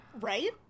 Right